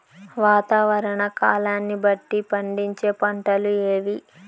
వాతావరణ కాలాన్ని బట్టి పండించే పంటలు ఏవి?